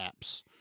apps